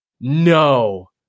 no